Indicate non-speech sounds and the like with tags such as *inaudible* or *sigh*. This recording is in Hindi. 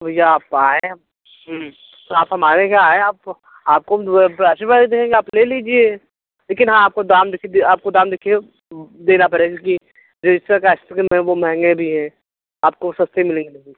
भैया आप आएं तो आप हमारे यहाँ आएं आपको आपको हम *unintelligible* अच्छे वाली देंगे आप ले लीजिए लेकिन हाँ आपको दाम देखिए भैया आपको दाम देखिए देना पड़ेगा क्योंकि *unintelligible* का आइस क्रीम हैं वो महंगे भी हैं आपको सस्ते मिलेंगे नहीं